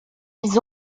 ils